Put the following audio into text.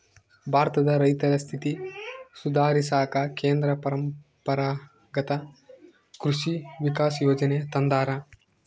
ಭಾರತದ ರೈತರ ಸ್ಥಿತಿ ಸುಧಾರಿಸಾಕ ಕೇಂದ್ರ ಪರಂಪರಾಗತ್ ಕೃಷಿ ವಿಕಾಸ ಯೋಜನೆ ತಂದಾರ